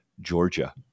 Georgia